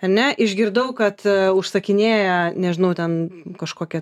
ane išgirdau kad užsakinėja nežinau ten kažkokią